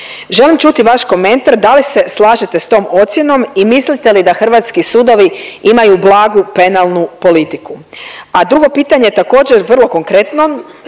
Želim čuti vaš komentar da li se slažete s tom ocjenom i mislite li da hrvatski sudovi imaju blagu penalnu politiku. A drugo pitanje je također vrlo konkretno